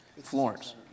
Florence